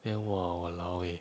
then !wah! !walao! eh